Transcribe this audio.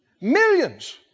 Millions